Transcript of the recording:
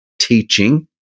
teaching